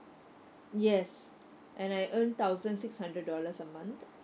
yes and I earn thousand six hundred dollars a month